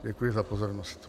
Děkuji za pozornost.